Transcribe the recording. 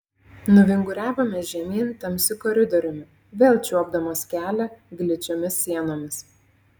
nuvinguriavome žemyn tamsiu koridoriumi vėl čiuopdamos kelią gličiomis sienomis